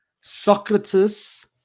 Socrates